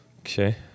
Okay